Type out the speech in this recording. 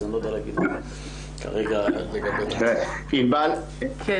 אז אני לא יודע להגיד כרגע לגבי --- ענבל צודקת,